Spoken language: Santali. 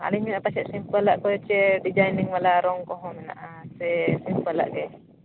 ᱟᱹᱞᱤᱧᱟᱜ ᱯᱟᱪᱷᱟ ᱥᱤᱢᱯᱮᱞᱟᱜ ᱠᱚ ᱯᱟᱪᱷᱮ ᱰᱤᱡᱟᱭᱤᱱ ᱵᱟᱞᱟ ᱨᱚᱝ ᱠᱚᱦᱚᱸ ᱢᱮᱱᱟᱜᱼᱟ ᱥᱮ ᱥᱤᱢᱯᱮᱞᱟᱜ ᱜᱮ